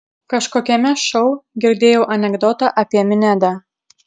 kažkokiame šou girdėjau anekdotą apie minedą